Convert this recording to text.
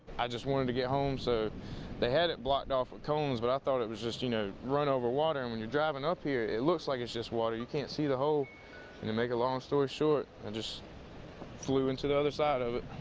i just wanted to get home so they had it blocked off with cones, but i thought it was just you know run over water and when you're driving up here, it looks like it's just water. you can't see the hole and to make a long story short, i and just flew into the other side of it.